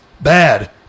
bad